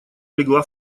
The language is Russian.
легла